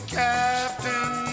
captain